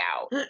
out